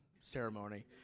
ceremony